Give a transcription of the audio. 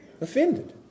offended